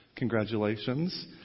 Congratulations